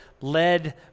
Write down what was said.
led